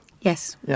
Yes